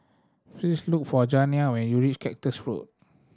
please look for Janiah when you reach Cactus Road